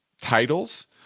titles